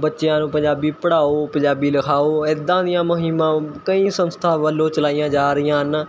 ਬੱਚਿਆਂ ਨੂੰ ਪੰਜਾਬੀ ਪੜਾਓ ਪੰਜਾਬੀ ਲਿਖਾਓ ਇੱਦਾਂ ਦੀਆਂ ਮੁਹਿੰਮਾਂ ਕਈ ਸੰਸਥਾ ਵੱਲੋਂ ਚਲਾਈਆਂ ਜਾ ਰਹੀਆਂ ਹਨ